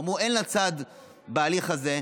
אמרו: אין לה צד בהליך הזה.